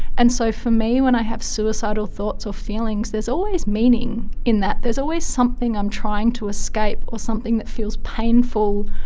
and so for me when i have suicidal thoughts or feelings, there's always meaning in that, there's always something i'm trying to escape or something that feels painful,